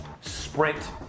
sprint